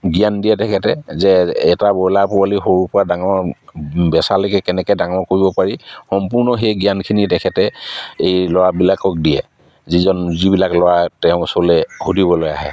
জ্ঞান দিয়ে তেখেতে যে এটা ব্ৰইলাৰ পোৱালি সৰুৰপৰা ডাঙৰ বেচালৈকে কেনেকৈ ডাঙৰ কৰিব পাৰি সম্পূৰ্ণ সেই জ্ঞানখিনি তেখেতে এই ল'ৰাবিলাকক দিয়ে যিজন যিবিলাক ল'ৰা তেওঁৰ ওচৰলৈ সুধিবলৈ আহে